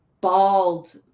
bald